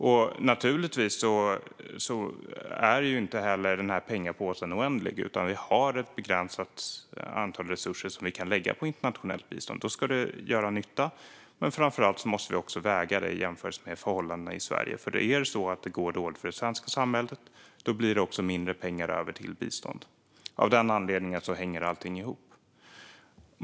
Pengapåsen är givetvis inte oändlig, och de resurser vi kan lägga på internationellt bistånd är begränsade. Då ska de också göra nytta. Men framför allt måste de vägas mot förhållandena i Sverige. Om det går dåligt för det svenska samhället blir det mindre pengar över till bistånd. Allt hänger alltså ihop.